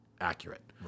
accurate